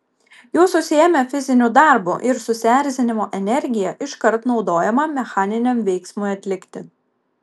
jūs užsiėmę fiziniu darbu ir susierzinimo energija iškart naudojama mechaniniam veiksmui atlikti